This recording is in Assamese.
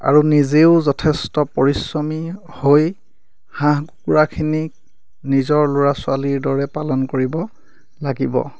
আৰু নিজেও যথেষ্ট পৰিশ্ৰমী হৈ হাঁহ কুকুৰাখিনিক নিজৰ ল'ৰা ছোৱালীৰ দৰে পালন কৰিব লাগিব